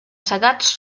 segats